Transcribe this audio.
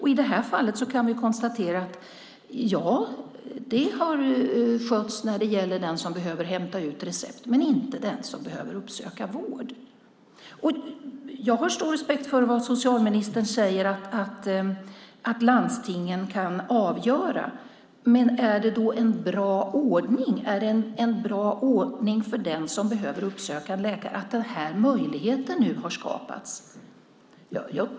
I det här fallet kan vi konstatera att det har skötts när det gäller den som behöver hämta ut recept men inte när det gäller den som behöver uppsöka vård. Jag har stor respekt för vad socialministern säger om att landstingen kan avgöra frågan, men är det då en bra ordning? Är det en bra ordning för den som behöver uppsöka läkare att den här möjligheten nu har skapats?